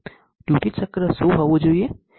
duty ચક્ર શું હોવું જોઈએ